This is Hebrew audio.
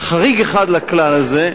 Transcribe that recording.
חריג אחד לכלל הזה,